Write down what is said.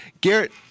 Garrett